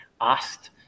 asked